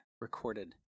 Recorded